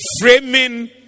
framing